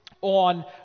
on